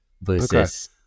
versus